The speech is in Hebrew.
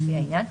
לפי העניין.